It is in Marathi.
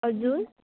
अजून